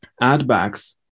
Addbacks